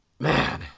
Man